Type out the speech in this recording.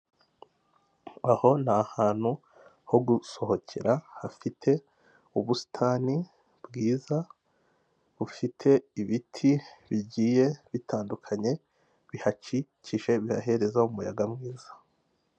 Aho ni ahantu ho gusohokera hafite ubusitani bwiza bufite ibiti bigiye bitandukanye, bihakikije bihahereza umuyaga mwiza.